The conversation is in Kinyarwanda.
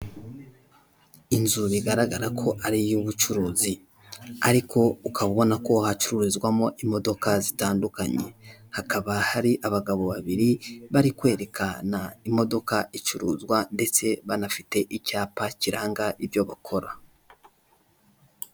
Inzu bigaragara ko ari iy'ubucuruzi ariko ukaba ubona ko hacururizwamo imodoka zitandukanye, hakaba hari abagabo babiri bari kwerekana imodoka icuruzwa ndtse banafite icyapa kiranga ibyo bakora.